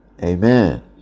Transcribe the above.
amen